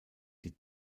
die